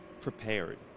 prepared